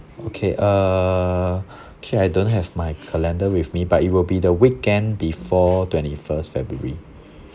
okay uh okay I don't have my calendar with me but it will be the weekend before twenty first february